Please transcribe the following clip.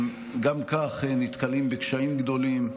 נתקלים גם כך בקשיים גדולים.